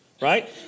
right